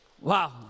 Wow